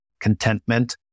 contentment